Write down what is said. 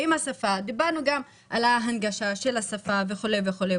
דיברנו גם עלה הנגשה של השפה וכולי.